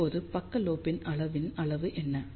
இப்போது பக்க லோப் அளவின் அளவு என்ன